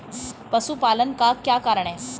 पशुपालन का क्या कारण है?